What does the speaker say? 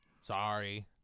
Sorry